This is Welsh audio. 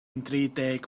deg